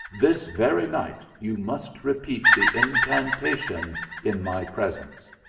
this very night you must repeat the incantation in my presence.